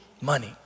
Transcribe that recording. Money